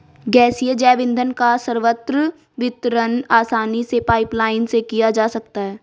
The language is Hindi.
गैसीय जैव ईंधन का सर्वत्र वितरण आसानी से पाइपलाईन से किया जा सकता है